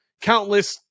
countless